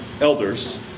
elders